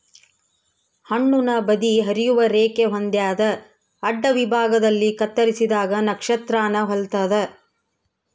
ಹಣ್ಣುನ ಬದಿ ಹರಿಯುವ ರೇಖೆ ಹೊಂದ್ಯಾದ ಅಡ್ಡವಿಭಾಗದಲ್ಲಿ ಕತ್ತರಿಸಿದಾಗ ನಕ್ಷತ್ರಾನ ಹೊಲ್ತದ